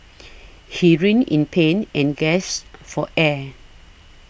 he writhed in pain and gasped for air